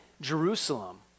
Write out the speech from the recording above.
Jerusalem